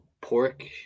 pork